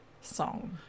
song